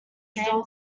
gain